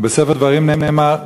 ובספר דברים נאמר,